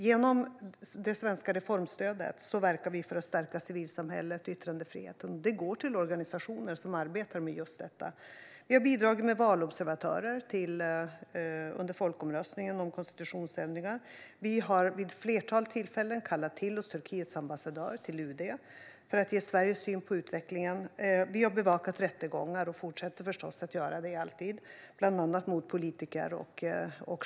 Genom det svenska reformstödet verkar vi för att stärka civilsamhället och yttrandefriheten. Det går till organisationer som arbetar med just detta. Vi har bidragit med valobservatörer under folkomröstningen om konstitutionsändringar. Vi har vid ett flertal tillfällen kallat till oss Turkiets ambassadör till UD för att ge Sveriges syn på utvecklingen. Vi har bevakat rättegångar mot bland annat politiker och journalister, och vi fortsätter förstås att alltid göra det.